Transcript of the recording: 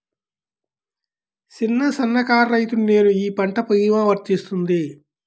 చిన్న సన్న కారు రైతును నేను ఈ పంట భీమా వర్తిస్తుంది?